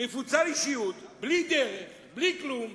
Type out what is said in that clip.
מפוצל אישיות, בלי דרך, בלי כלום,